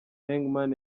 hegman